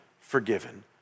forgiven